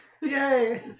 Yay